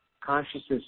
consciousness